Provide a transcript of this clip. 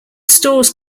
stores